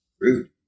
rude